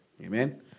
Amen